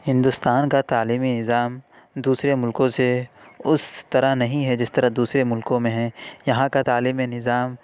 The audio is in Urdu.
ہندوستان کا تعلیمی نظام دوسرے مُلکوں سے اُس طرح نہیں ہے جس طرح دوسرے مُلکوں میں ہے یہاں کا تعلیمی نظام